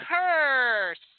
curse